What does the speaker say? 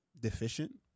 deficient